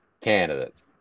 candidates